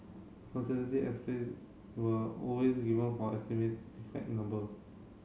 conservative were always given for estimate number